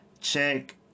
Check